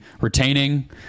retaining